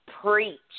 preach